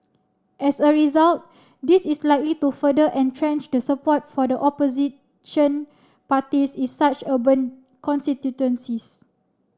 as a result this is likely to further entrench the support for the opposition parties in such urban constituencies